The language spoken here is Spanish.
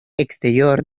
exterior